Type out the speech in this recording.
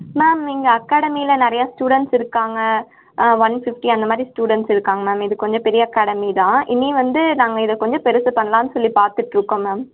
ma'am எங்கள் அகாடமியில் நிறையா ஸ்டூடண்ட்ஸ் இருக்காங்க ஒன் ஃபிஃப்டி அந்த மாதிரி ஸ்டூடண்ட்ஸ் இருக்காங்க மேம் இது கொஞ்சம் பெரிய அகாடமி தான் இனி வந்து நாங்கள் இதை கொஞ்சம் பெருசு பண்ணலாம் சொல்லி பாத்துட்டுருக்கோம் மேம்